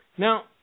Now